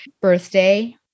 birthday